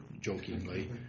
jokingly